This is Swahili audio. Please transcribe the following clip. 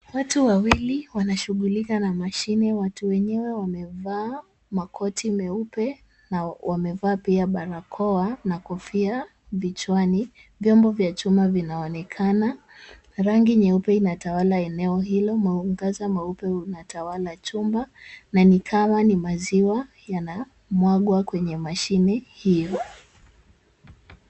Watu wawili wanashughulika na mashine. Watu wenyewe wamevaa makoti meupe na wamevaa pia barakoa na kofia vichwani. Vyombo vya chuma vinaonekana. Rangi nyeupe inatawala eneo hilo. Mwangaza mweupe unatawala chuma na ni kama ni maziwa yanamwagwa kwenye mashini hiyo.